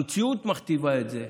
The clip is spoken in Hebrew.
המציאות מכתיבה את זה.